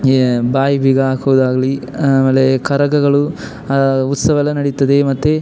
ಏ ಬಾಯಿ ಬೀಗ ಹಾಕೋದಾಗಲಿ ಆಮೇಲೆ ಕರಗಗಳು ಉತ್ಸವ ಎಲ್ಲ ನಡಿತದೆ ಮತ್ತು